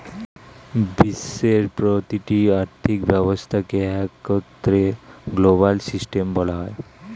বিশ্বের প্রতিটি আর্থিক ব্যবস্থাকে একত্রে গ্লোবাল সিস্টেম বলা হয়